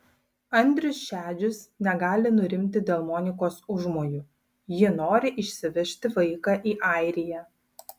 andrius šedžius negali nurimti dėl monikos užmojų ji nori išsivežti vaiką į airiją